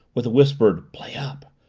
with a whispered play up!